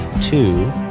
two